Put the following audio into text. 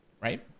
right